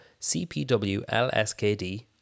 CPWLSKD